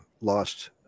lost